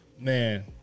Man